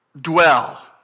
dwell